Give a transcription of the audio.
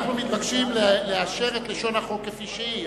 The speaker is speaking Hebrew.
אנחנו מתבקשים לאשר את לשון החוק כפי שהיא,